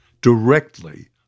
directly